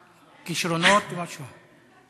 כישרונות, משהו.